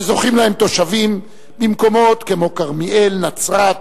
שזוכים להם תושבים במקומות כמו כרמיאל, נצרת,